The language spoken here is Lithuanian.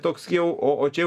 toks jau o o čia jau